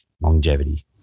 longevity